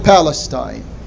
Palestine